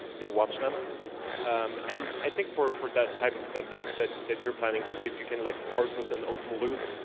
they watch them and i think. for for that type of stuff that that you're planning to do, if you can like start with an open-loop,